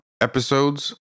episodes